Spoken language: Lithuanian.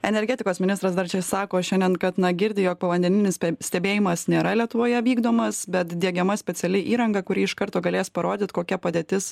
energetikos ministras dar čia sako šiandien kad na girdi jog povandeninis stebėjimas nėra lietuvoje vykdomas bet diegiama speciali įranga kuri iš karto galės parodyt kokia padėtis